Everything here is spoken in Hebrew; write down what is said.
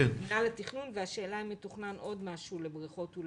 מנהל התכנון והשאלה אם מתוכנן עוד משהו לבריכות.